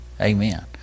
Amen